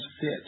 fit